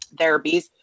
therapies